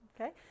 okay